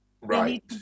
right